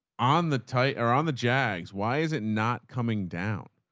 on the tie or on the jags. why is it not coming down?